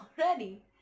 already